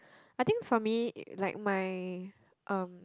I think for me like my um